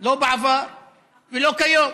לא בעבר ולא כיום.